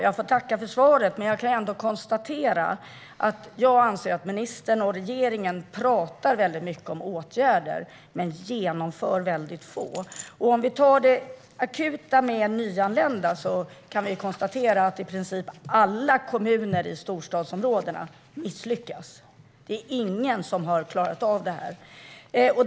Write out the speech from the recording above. Herr talman! Jag får tacka för svaret, men jag anser ändå att regeringen pratar mycket om åtgärder men genomför väldigt få. Om vi tar det akuta med de nyanlända kan vi konstatera att i princip alla kommuner i storstadsområdena misslyckats. Det är ingen som har klarat av det här.